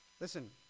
Listen